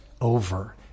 over